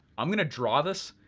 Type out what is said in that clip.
i'm gonna draw this,